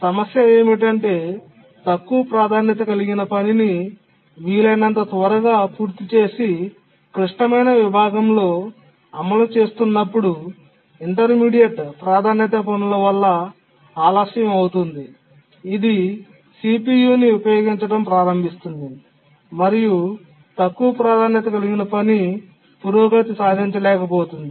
సమస్య ఏమిటంటే తక్కువ ప్రాధాన్యత కలిగిన పనిని వీలైనంత త్వరగా పూర్తి చేసి క్లిష్టమైన విభాగంలో అమలు చేస్తున్నప్పుడు ఇంటర్మీడియట్ ప్రాధాన్యతా పనుల వల్ల ఆలస్యం అవుతోంది ఇది CPU ని ఉపయోగించడం ప్రారంభిస్తుంది మరియు తక్కువ ప్రాధాన్యత కలిగిన పని పురోగతి సాధించలేకపోతుంది